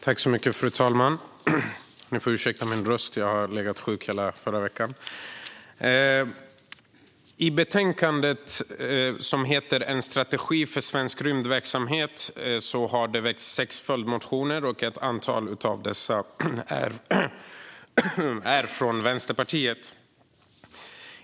Fru talman! Ni får ursäkta min röst; jag låg sjuk hela förra veckan. I betänkandet, som alltså heter En strategi för svensk rymdverksamhet , har det väckts sex följdmotioner. Ett antal av dessa är från Vänsterpartiet.